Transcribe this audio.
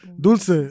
dulce